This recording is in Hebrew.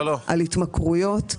על התמכרויות.